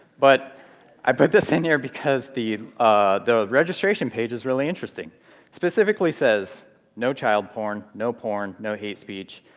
but i put this in here because the ah the registration page is really interesting. it specifically says no child porn. no porn. no hate speech,